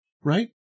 right